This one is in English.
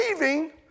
leaving